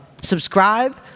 Subscribe